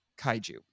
Kaiju